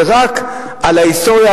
זה רק על ההיסטוריה,